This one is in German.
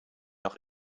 noch